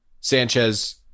Sanchez